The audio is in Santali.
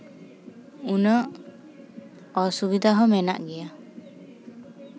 ᱩᱱᱟᱹᱜ ᱚᱥᱩᱵᱤᱫᱷᱟ ᱦᱚᱸ ᱢᱮᱱᱟᱜ ᱜᱮᱭᱟ